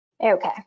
okay